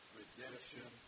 redemption